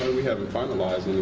we haven't finalized anything.